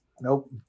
nope